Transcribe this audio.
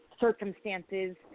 circumstances